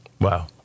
Wow